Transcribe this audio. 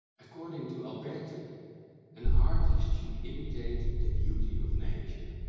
according to alberti an artist should imitate the beauty of nature.